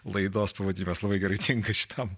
laidos pavadinimas labai gerai tinka šitam